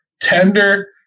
tender